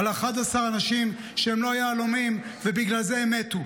על 11 אנשים שהם לא יהלומים ובגלל זה הם מתו.